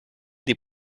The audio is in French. des